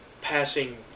passing